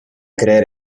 creer